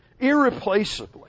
Irreplaceably